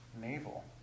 navel